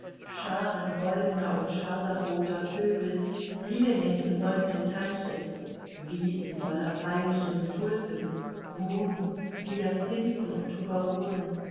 scharen goldener und scharlachroter vögel lilienumsäumte teiche wiesen voller veilchen tulpen mohn hyazinthen und tuberosen